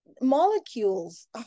Molecules